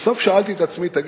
בסוף שאלתי את עצמי: תגיד,